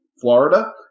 Florida